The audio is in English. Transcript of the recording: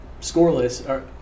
scoreless